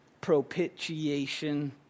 propitiation